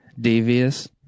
devious